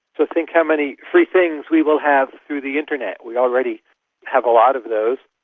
so think how many free things we will have through the internet. we already have a lot of those.